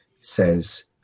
says